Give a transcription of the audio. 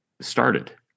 started